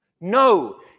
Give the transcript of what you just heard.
No